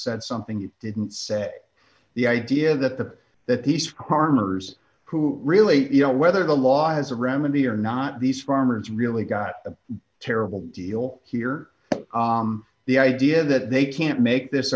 said something you didn't say the idea that the that these farmers who really you know whether the law has a remedy or not these farmers really got a terrible deal here the idea that they can't make this